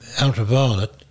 ultraviolet